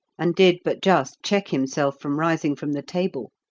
and did but just check himself from rising from the table.